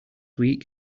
week